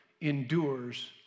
endures